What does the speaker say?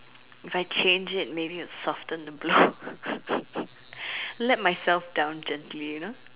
if I change it maybe it will soften the blow let myself down gently you know